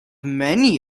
many